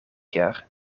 jaar